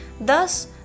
Thus